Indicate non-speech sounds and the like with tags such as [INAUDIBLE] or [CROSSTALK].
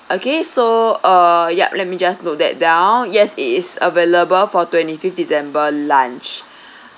okay so uh yup let me just note that down yes it is available for twenty fifth december lunch [BREATH]